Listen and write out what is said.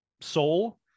soul